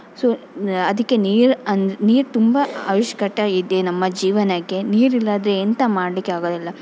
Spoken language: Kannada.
ಸೋ ಅದಕ್ಕೆ ನೀರು ಅನ್ ನೀರು ತುಂಬ ಅವಶ್ಯಕತೆ ಇದೆ ನಮ್ಮ ಜೀವನಕ್ಕೆ ನೀರಿಲ್ಲಾದರೆ ಎಂಥ ಮಾಡಲಿಕ್ಕೆ ಆಗೋದಿಲ್ಲ